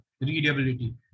readability